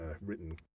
written